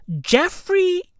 Jeffrey